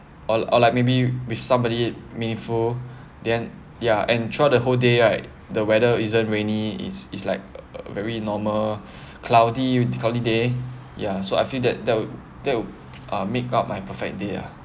or or like maybe with somebody meaningful then yeah and throughout the whole day right the weather isn't rainy it's it's like a very normal cloudy cloudy day ya so I feel that that'll that'll uh make up my perfect day ah